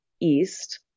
east